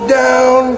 down